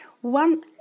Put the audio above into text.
One